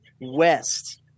West